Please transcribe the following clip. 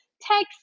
text